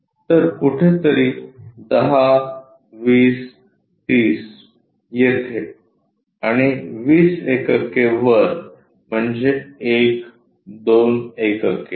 तर कुठेतरी 10 20 30 येथे आणि 20 एकके वर म्हणजे 1 2 एकके